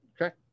Okay